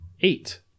eight